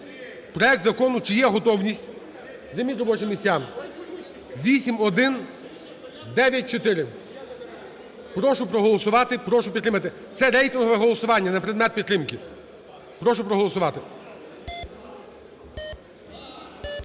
проект закону. Чи є готовність? Займіть робочі місця. 8194. Прошу проголосувати, прошу підтримати. Це рейтингове голосування на предмет підтримки, прошу проголосувати.